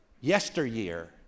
yesteryear